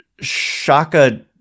Shaka